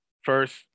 First